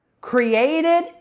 Created